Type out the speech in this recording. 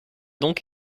donc